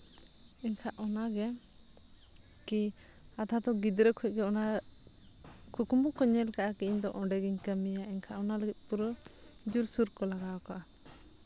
ᱮᱱᱠᱷᱟᱡ ᱚᱱᱟ ᱜᱮᱠᱤ ᱟᱫᱷᱟ ᱫᱚ ᱜᱤᱫᱽᱨᱟᱹ ᱠᱷᱚᱱᱜᱮ ᱚᱱᱟ ᱠᱩᱠᱢᱩ ᱠᱚ ᱧᱮᱞ ᱠᱟᱜᱼᱟ ᱠᱤ ᱤᱧᱫᱚ ᱚᱸᱰᱮᱜᱤᱧ ᱠᱟᱹᱢᱤᱭᱟ ᱮᱱᱠᱷᱟᱱ ᱚᱱᱟ ᱞᱟᱹᱜᱤᱫ ᱯᱩᱨᱟᱹ ᱡᱳᱨᱥᱳᱨ ᱠᱚ ᱞᱟᱜᱟᱣ ᱠᱚᱜᱼᱟ